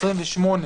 התשכ"א 1961,